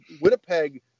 Winnipeg